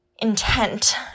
intent